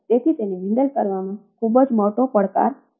તેથી તેને હેન્ડલ કરવામાં પણ ખૂબ જ મોટો પડકાર છે